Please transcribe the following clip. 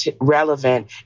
relevant